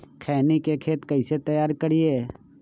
खैनी के खेत कइसे तैयार करिए?